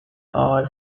eye